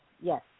yes